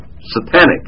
satanic